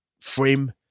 frame